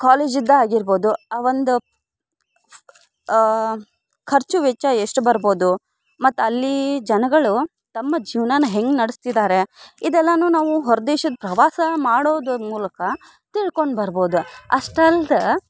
ಕಾಲೇಜ್ದು ಆಗಿರ್ಬೋದು ಆ ಒಂದು ಖರ್ಚು ವೆಚ್ಚ ಎಷ್ಟು ಬರ್ಬೋದು ಮತ್ತು ಅಲ್ಲಿ ಜನಗಳು ತಮ್ಮ ಜೀವನನ ಹೆಂಗೆ ನಡೆಸ್ತಿದ್ದಾರೆ ಇದೆಲ್ಲವೂ ನಾವು ಹೊರ ದೇಶದ ಪ್ರವಾಸ ಮಾಡೋದು ಮೂಲಕ ತಿಳ್ಕೊಂಡು ಬರ್ಬೋದು ಅಷ್ಟು ಅಲ್ದೇ